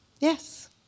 Yes